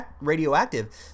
radioactive